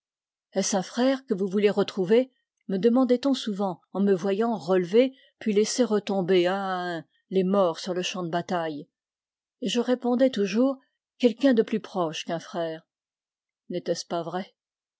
est-ce un frère que vous voulez retrouver me demandait on souvent en me voyant relever puis laisser retomber un à un les morts sur le champ de bataille et je répondais toujours quelqu'un de plus proche qu'un frère n'était-ce pas vrai